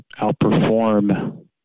outperform